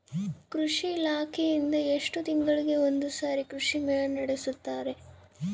ಕೃಷಿ ಇಲಾಖೆಯಿಂದ ಎಷ್ಟು ತಿಂಗಳಿಗೆ ಒಂದುಸಾರಿ ಕೃಷಿ ಮೇಳ ನಡೆಸುತ್ತಾರೆ?